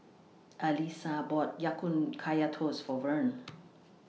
Alysa bought Ya Kun Kaya Toast For Verne